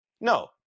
No